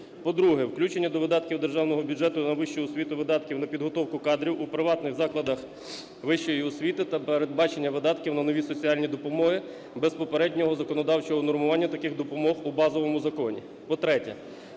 По-друге, включення до видатків державного бюджету на вищу освіту видатків на підготовку кадрів у приватних закладах вищої освіти та передбачення видатків на нові соціальні допомоги без попереднього законодавчого унормування таких допомог у базовому законі.